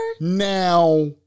Now